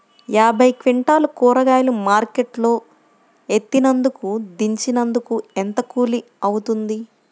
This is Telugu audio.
యాభై క్వింటాలు కూరగాయలు మార్కెట్ లో ఎత్తినందుకు, దించినందుకు ఏంత కూలి అవుతుంది?